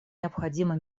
необходимо